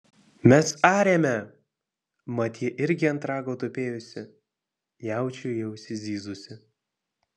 mes arėme mat ji irgi ant rago tupėjusi jaučiui į ausį zyzusi